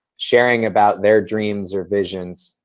sharing about their dreams or visions.